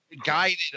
guided